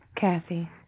Kathy